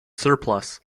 surplus